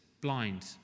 blind